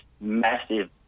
massive